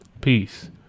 Peace